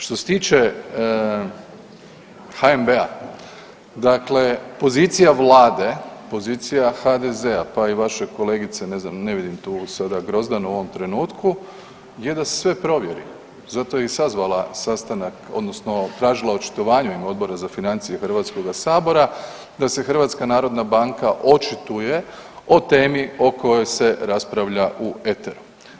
Što se tiče HNB-a, dakle pozicija Vlade, pozicija HDZ-a pa i vaše kolegice, ne znam ne vidim tu sada Grozdanu u ovom trenutku je da se sve provjeri, zato je i sazvala sastanak odnosno tražila očitovanje u ime Odbora za financije HS-a da se HNB očituje o temi o kojoj se raspravlja u eteru.